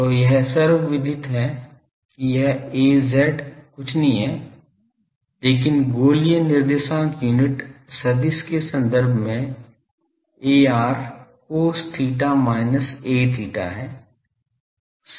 तो यह सर्वविदित है कि यह Az कुछ नहीं है लेकिन गोलीय निर्देशांक यूनिट सदिश के संदर्भ में ar cos theta minus a theta है sin theta है